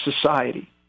society